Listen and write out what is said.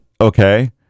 okay